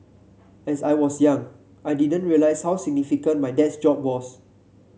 as I was young I didn't realise how significant my dad's job was